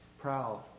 Proud